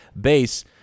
base